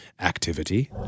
activity